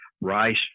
rice